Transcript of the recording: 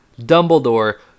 Dumbledore